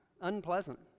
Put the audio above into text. unpleasant